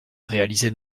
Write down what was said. réalisée